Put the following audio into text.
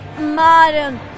modern